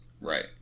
Right